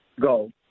go